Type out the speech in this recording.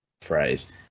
phrase